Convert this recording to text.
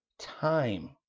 time